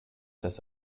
dass